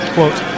Quote